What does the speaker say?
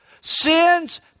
Sins